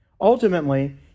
Ultimately